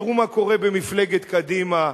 תראו מה קורה במפלגת קדימה,